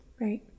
Right